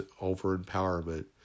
over-empowerment